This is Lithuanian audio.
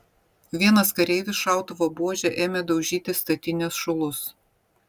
vienas kareivis šautuvo buože ėmė daužyti statinės šulus